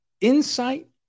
insight